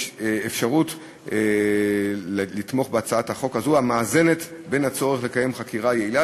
יש אפשרות לתמוך בהצעת החוק המאזנת בין הצורך לקיים חקירה יעילה